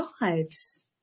lives